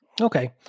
Okay